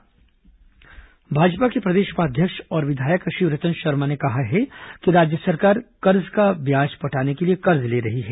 शिवरतन शर्मा प्रे सवार्ता भाजपा के प्रदेश उपाध्यक्ष और विधायक शिवरतन शर्मा ने कहा है कि राज्य सरकार कर्ज का ब्याज पटाने के लिए कर्ज ले रही है